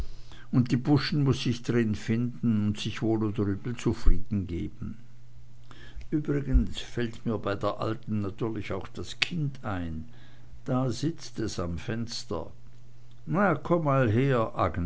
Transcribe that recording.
und die buschen muß sich drin finden und sich wohl oder übel zufriedengeben übrigens fällt mir bei der alten natürlich auch das kind ein da sitzt es am fenster na komm mal her